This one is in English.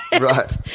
Right